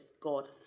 god